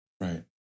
Right